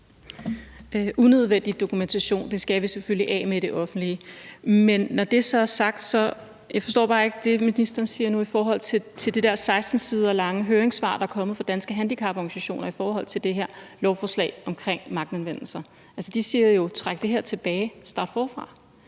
Unødvendig dokumentation skal vi selvfølgelig af med i det offentlige, men når det så er sagt, forstår jeg bare ikke det, ministeren siger nu, i forhold til det 16 sider lange høringssvar, der er kommet fra Danske Handicaporganisationer om det her lovforslag omkring magtanvendelser. Altså, de siger jo: Træk det her tilbage, og start forfra.